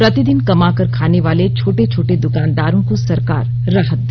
प्रतिदिन कमाकर खानेवाले छोटे छोटे दुकानदारों को सरकार राहत दे